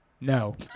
No